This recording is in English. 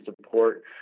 support